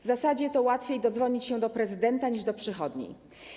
W zasadzie to łatwiej dodzwonić się do prezydenta niż do przychodni.